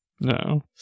No